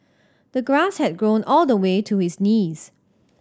the grass had grown all the way to his knees